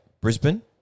Brisbane